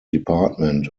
department